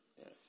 Yes